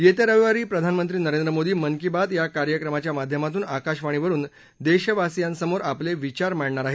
येत्या रविवारी प्रधानमंत्री नरेंद्र मोदी मन की बात या कार्यक्रमाच्या माध्यमातून आकाशवाणीवरून देशवासीयांसमोर आपले विचार मांडणार आहेत